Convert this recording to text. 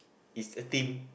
it's a thing